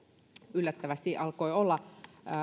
yllättävästi alkoi olla